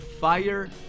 Fire